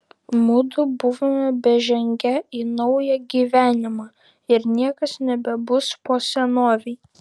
mudu buvome bežengią į naują gyvenimą ir niekas nebebus po senovei